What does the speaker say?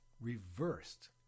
reversed